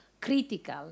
critical